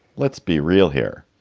let's be real here.